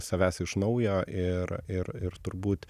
savęs iš naujo ir ir ir turbūt